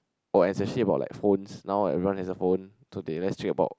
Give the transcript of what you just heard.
oh especially about like phones now everyone has a phone so they very strict about